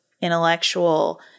intellectual